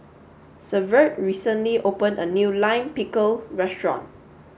Severt recently opened a new Lime Pickle restaurant